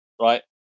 right